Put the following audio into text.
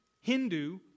Hindu